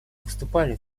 выступали